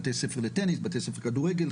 בבתי ספר לטניס ובבתי ספר לכדורגל,